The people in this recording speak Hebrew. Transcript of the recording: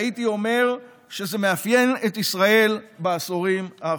הייתי אומר שזה מאפיין את ישראל בעשורים האחרונים.